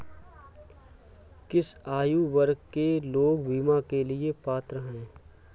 किस आयु वर्ग के लोग बीमा के लिए पात्र हैं?